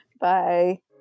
Bye